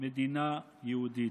מדינה יהודית.